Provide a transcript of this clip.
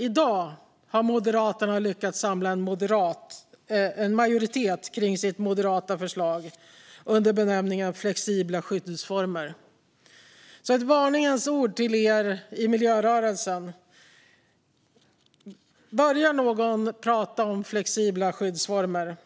I dag har Moderaterna lyckats samla en majoritet kring sitt moderata förslag under benämningen flexibla skyddsformer. Jag vill rikta ett varningens ord till er i miljörörelsen: Om någon börjar prata om flexibla skyddsformer,